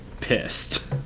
pissed